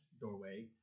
doorway